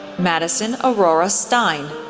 madison aurora stein,